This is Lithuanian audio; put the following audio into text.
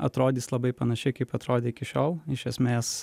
atrodys labai panašiai kaip atrodė iki šiol iš esmės